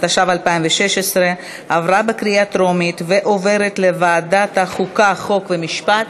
התשע"ו 2016, לוועדת החוקה, חוק ומשפט